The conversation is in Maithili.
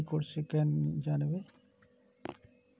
यू.पी.आई से कोड केना जानवै?